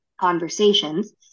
conversations